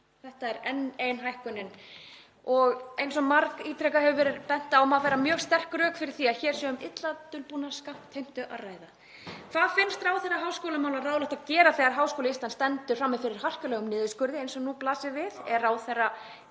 Þetta er enn ein hækkunin. Eins og margítrekað hefur verið bent á má færa mjög sterk rök fyrir því að hér sé um illa dulbúna skattheimtu að ræða. Hvað finnst ráðherra háskólamála ráðlegt að gera þegar Háskóli Íslands stendur frammi fyrir harkalegum niðurskurði eins og nú blasir við? Er ráðherra